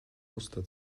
muster